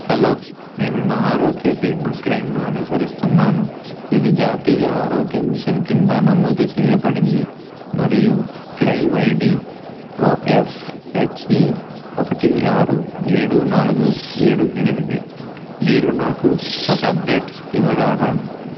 hello నేను నా ఆరోగ్య భీమా క్లెయిమ్ను అనుసరిస్తున్నాను ఇది జాతీయ ఆరోగ్య మిషన్ కింద నమోదు చేయబడింది మరియు claim I D O F H E ఒకటి ఆరు ఏడు నాలుగు ఏడు ఎనిమిది మీరు నాకు ఒక అప్డేట్ ఇవ్వగలరా